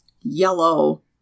yellow